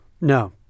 No